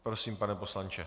Prosím, pane poslanče.